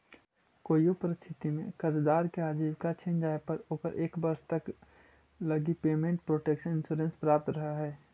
कोइयो परिस्थिति में कर्जदार के आजीविका छिन जाए पर ओकरा एक वर्ष तक लगी पेमेंट प्रोटक्शन इंश्योरेंस प्राप्त रहऽ हइ